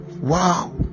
wow